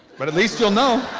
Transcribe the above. but at least you'll know,